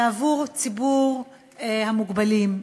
ועבור ציבור המוגבלים,